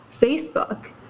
Facebook